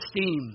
esteem